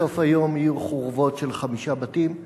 בסוף היום יהיו חורבות של חמישה בתים,